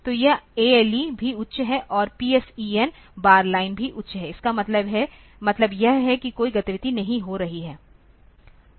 तो यह ALE भी उच्च है और PSEN बार लाइन भी उच्च है इसका मतलब यह है कि कोई गतिविधि नहीं हो रही है